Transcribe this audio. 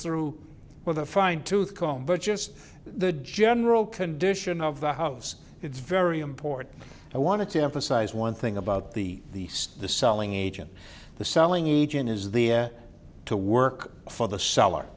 through with a fine tooth comb but just the general condition of the house it's very important i want to emphasize one thing about the the selling agent the selling agent is the to work for the sell